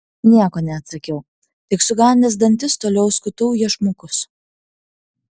nieko neatsakiau tik sukandęs dantis toliau skutau iešmukus